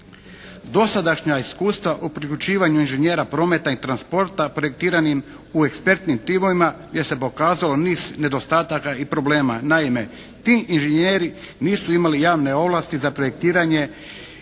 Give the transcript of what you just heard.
Dosadašnja iskustva o priključivanju inženjera prometa i transporta projektiranim u ekspertnim timovima gdje se pokazalo niz nedostataka i problema. Naime, ti inženjeri nisu imali javne ovlasti za projektiranje